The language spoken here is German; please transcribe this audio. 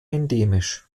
endemisch